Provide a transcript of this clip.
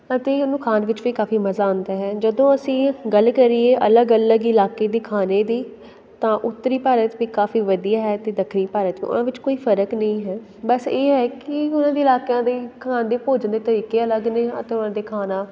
ਅਤੇ ਉਹਨੂੰ ਖਾਣ ਵਿੱਚ ਵੀ ਕਾਫ਼ੀ ਮਜ਼ਾ ਆਉਂਦਾ ਹੈ ਜਦੋਂ ਅਸੀਂ ਗੱਲ ਕਰੀਏ ਅਲੱਗ ਅਲੱਗ ਇਲਾਕੇ ਦੀ ਖਾਣੇ ਦੀ ਤਾਂ ਉੱਤਰੀ ਭਾਰਤ ਵੀ ਕਾਫ਼ੀ ਵਧੀਆ ਹੈ ਅਤੇ ਦੱਖਣੀ ਭਾਰਤ ਵੀ ਉਹਨਾਂ ਵਿੱਚ ਕੋਈ ਫ਼ਰਕ ਨਹੀਂ ਹੈ ਬਸ ਇਹ ਹੈ ਕਿ ਉਹਨਾਂ ਦੀ ਇਲਾਕਿਆਂ ਦੀ ਖਾਣ ਦੇ ਭੋਜਨ ਦੇ ਤਰੀਕੇ ਅਲੱਗ ਨੇ ਅਤੇ ਉਹਨਾ ਦੇ ਖਾਣਾ